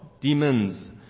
demons